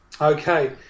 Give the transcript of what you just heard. okay